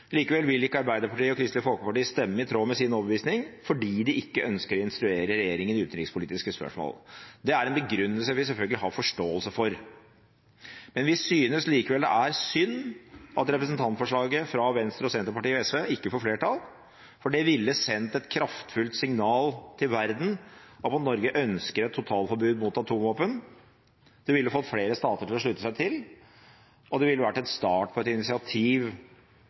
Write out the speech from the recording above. Likevel vil ikke Arbeiderpartiet og Kristelig Folkeparti stemme i tråd med sin overbevisning, fordi de ikke ønsker å instruere regjeringen i utenrikspolitiske spørsmål. Det er en begrunnelse vi selvfølgelig har forståelse for. Vi synes likevel det er synd at representantforslaget fra Venstre, Senterpartiet og SV ikke får flertall, for det ville sendt et kraftfullt signal til verden om at Norge ønsker et totalforbud mot atomvåpen, det ville fått flere stater til å slutte seg til, og det ville vært en start på et initiativ